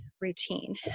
routine